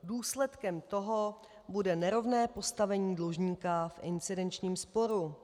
Důsledkem toho bude nerovné postavení dlužníka v incidenčním sporu.